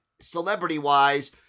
celebrity-wise